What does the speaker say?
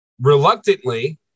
Reluctantly